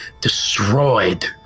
destroyed